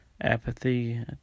Apathy